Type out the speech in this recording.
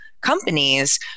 companies